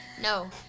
No